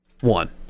One